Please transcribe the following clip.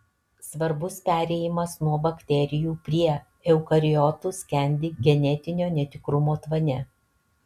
svarbus perėjimas nuo bakterijų prie eukariotų skendi genetinio netikrumo tvane